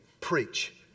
preach